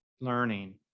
learning